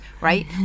right